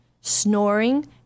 Snoring